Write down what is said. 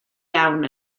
iawn